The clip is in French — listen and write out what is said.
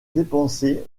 dépenser